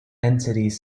entities